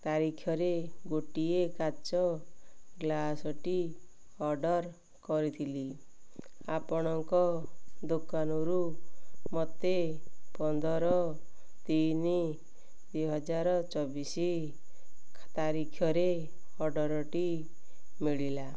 ତାରିଖରେ ଗୋଟିଏ କାଚ ଗ୍ଲାସ୍ଟି ଅର୍ଡ଼ର୍ କରିଥିଲି ଆପଣଙ୍କ ଦୋକାନରୁ ମୋତେ ପନ୍ଦର ତିନି ଦୁଇହଜାର ଚବିଶି ତାରିଖରେ ଅର୍ଡ଼ର୍ଟି ମିଳିଲା